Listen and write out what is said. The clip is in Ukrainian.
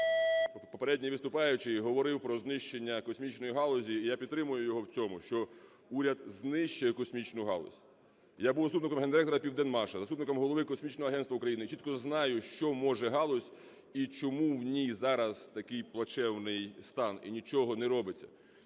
Попередній виступаючий говорив про знищення космічної галузі. І я підтримую його в цьому, що уряд знищує космічну галузь. Я був заступником гендиректора "Південмашу", заступником Голови Космічного агентства України і чітко знаю, що може галузь і чому в ній зараз такий плачевний стан, і нічого не робиться.